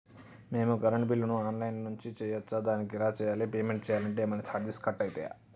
మేము కరెంటు బిల్లును online నుంచి చేయచ్చా? దానికి ఎలా చేయాలి? పేమెంట్ చేయాలంటే ఏమైనా చార్జెస్ కట్ అయితయా?